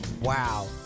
Wow